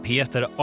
Peter